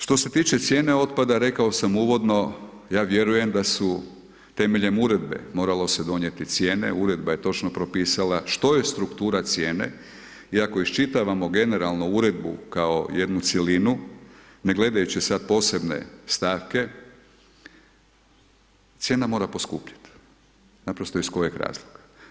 Što se tiče cijene otpada, rekao sam uvodno, ja vjerujem da su temeljem uredbe, moralo se donijeti cijene, uredba je točno propisala što je struktura cijene i ako iščitavamo generalno uredbu, kao jednu cjelinu, ne gledajući sada posebne stavke, cijena mora poskupiti, naprosto iz kojeg razloga?